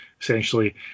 Essentially